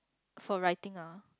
for writing uh